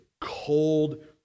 cold